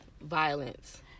violence